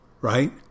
Right